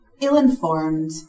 ill-informed